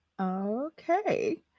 Okay